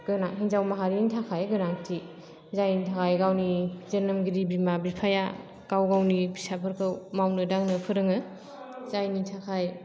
गोनां हिन्जाव माहारिनि थाखाय गोनांथि जायनि थाखाय गावनि जोनोमगिरि बिमा बिफाया गाव गावनि फिसाफोरखौ मावनो दांनो फोरोङो जायनि थाखाय